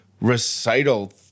recital